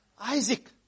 Isaac